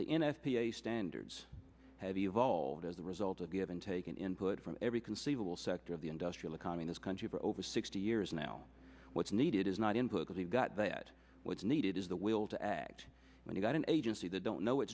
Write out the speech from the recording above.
the n f p a standards have evolved as a result of give and take an input from every conceivable sector of the industrial a communist country for over sixty years now what's needed is not input has he got that what's needed is the will to act when you've got an agency that don't know